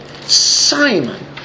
Simon